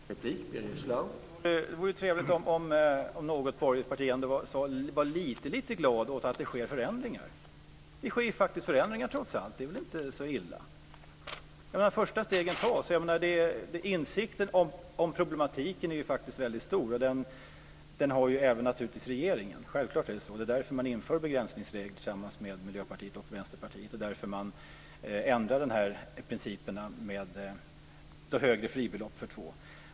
Herr talman! Det vore trevligt om man i något borgerligt parti var lite glad åt att det sker förändringar. Det sker ju faktiska förändringar trots allt. Det är väl inte så illa. De första stegen tas nu. Insikten om problemet är faktiskt väldigt stor, och den har ju naturligtvis även regeringen. Självklart är det så. Det är därför man inför begränsningsregler tillsammans med Miljöpartiet och Vänsterpartiet. Det är därför man inför ett högre fribelopp för två.